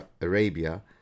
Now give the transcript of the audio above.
Arabia